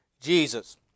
Jesus